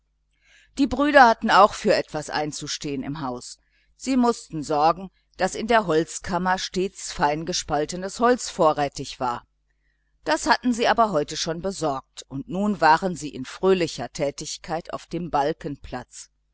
die brüder hatten auch für etwas einzustehen im haus sie mußten sorgen daß in der holzkammer stets fein gespaltenes holz vorrätig war das hatten sie aber heute schon besorgt und nun waren sie in fröhlicher tätigkeit auf dem